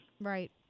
right